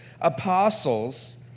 apostles